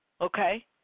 Okay